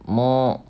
more